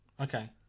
Okay